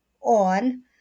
on